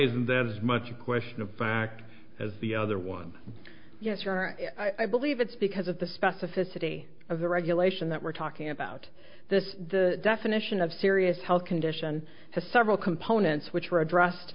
isn't that as much a question of fact as the other one yes sure i believe it's because of the specificity of the regulation that we're talking about this the definition of serious health condition has several components which were addressed